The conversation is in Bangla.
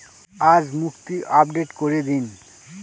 আজ মুক্তি আপডেট করে দিন